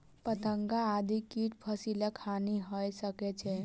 पतंगा आदि कीट फसिलक हानि कय सकै छै